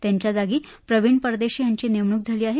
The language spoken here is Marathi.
त्यांच्या जागी प्रवीण परदेशी यांची नेमणूक झाली आहे